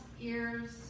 ears